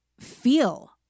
feel